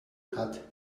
hat